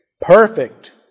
perfect